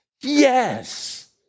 yes